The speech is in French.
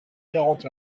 quarante